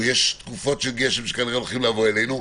ויש תקופות של גשם שכנראה הולכות לבוא אלינו,